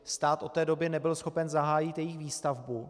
Stát od té doby nebyl schopen zahájit jejich výstavbu.